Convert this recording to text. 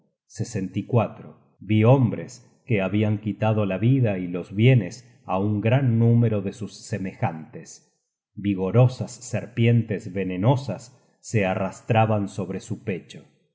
cargadas de plomo vi hombres que habian quitado la vida y los bienes á un gran número de sus semejantes vigorosas serpientes venenosas se arrastraban sobre su pecho